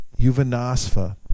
Yuvanasva